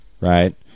right